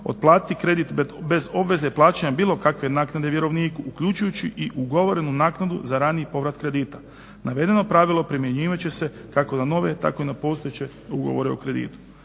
otplatiti kredit bez obveze plaćanja bilo kakve naknade vjerovniku, uključujući i ugovorenu naknadu za rani povratak kredita. Navedeno pravilo primjenjivat će se kako na nove tako i na postojeće ugovore o kreditu.